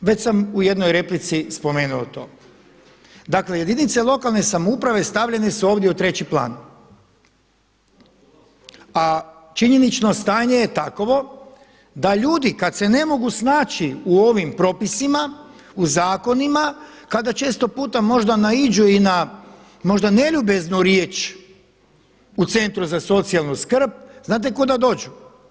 Već sam u jednoj replici spomenuo to, dakle jedinice lokalne samouprave stavljene su ovdje u treći plan, a činjenično stanje je takovo da ljudi kada se ne mogu snaći u ovim propisima u zakonima kada često puta možda naiđu i na možda neljubaznu riječ u centru za socijalnu skrb, znate kuda dođu?